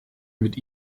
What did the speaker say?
mit